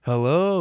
Hello